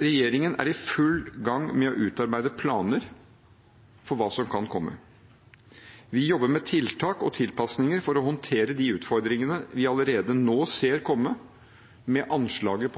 Regjeringen er i full gang med å utarbeide planer for hva som kan komme. Vi jobber med tiltak og tilpasninger for å håndtere de utfordringene vi allerede nå ser komme, med